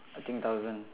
I think thousand